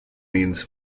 means